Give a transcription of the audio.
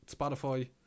Spotify